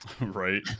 Right